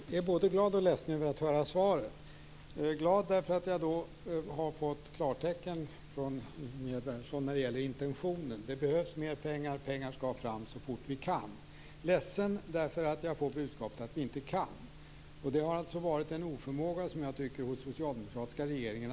Fru talman! Jag är både glad och ledsen över att höra svaret. Jag är glad för att jag har fått klartecken från Ingegerd Wärnersson när det gäller intentionen. Det behövs mer pengar. Pengar skall fram så fort vi kan. Jag är ledsen för att jag får budskapet att vi inte kan. Det har varit en oförmåga, som jag tycker, hos den socialdemokratiska regeringen.